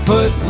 Put